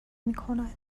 میکند